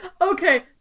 Okay